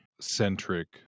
centric